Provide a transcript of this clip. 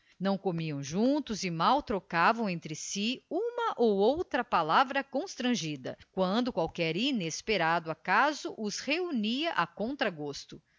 não comiam juntos e mal trocavam entre si uma ou outra palavra constrangida quando qualquer inesperado acaso os reunia a contragosto